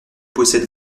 possède